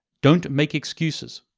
don't make excuses.